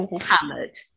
hammered